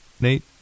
Nate